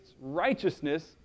righteousness